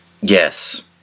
Yes